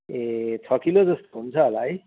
ए छ किलो जस्तो हुन्छ होला है